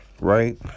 right